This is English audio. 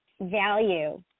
value